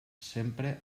sempre